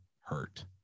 hurt